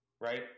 right